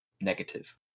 negative